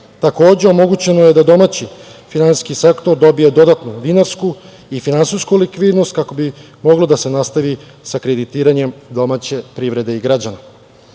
Takođe, omogućeno je da domaći finansijski sektor dobije dodatnu dinarsku i finansijsku likvidnost kako bi moglo da se nastavi sa kreditiranjem domaće privrede i građana. Prvi